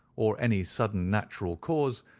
or any sudden natural cause,